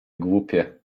głupie